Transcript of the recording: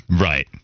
Right